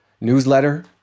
newsletter